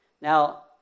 Now